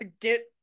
get